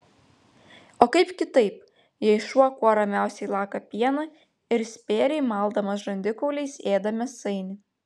o kaip kitaip jei šuo kuo ramiausiai laka pieną ir spėriai maldamas žandikauliais ėda mėsainį